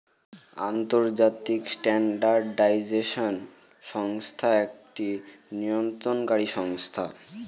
আন্তর্জাতিক স্ট্যান্ডার্ডাইজেশন সংস্থা একটি নিয়ন্ত্রণকারী সংস্থা